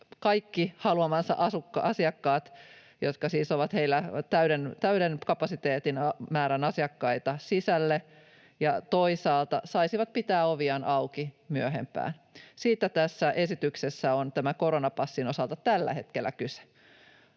kaikki haluamansa asiakkaat, siis täyden kapasiteetin määrän asiakkaita, ja toisaalta he saisivat pitää oviaan auki myöhempään. Siitä tässä esityksessä on tämän koronapassin osalta tällä hetkellä kyse.